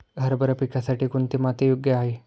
हरभरा पिकासाठी कोणती माती योग्य आहे?